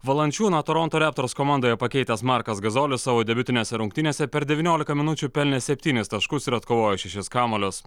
valančiūną toronto raptors komandoje pakeitęs markas gazolis savo debiutinėse rungtynėse per devyniolika minučių pelnė septynis taškus ir atkovojo šešis kamuolius